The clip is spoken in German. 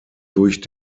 durch